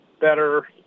better